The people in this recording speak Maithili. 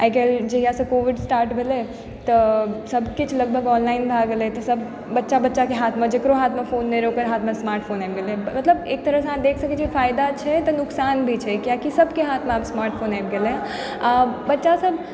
आइ काल्हि जहियासँ कोविड स्टार्ट भेलय तऽ सबकिछु लगभग ऑनलाइन भए गेलय तऽ सब बच्चा बच्चाके हाथमे जकरो हाथमे फोन नहि रहय ओकर हाथमे स्मार्ट फोन आयब गेलय मतलब एक तरहसँ अहाँ देख सकय छियै फायदा छै तऽ नोकसान भी छै किएक कि सबके हाथमे आब स्मार्ट फोन आयब गेलय आब बच्चा सब